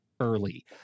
early